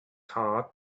heart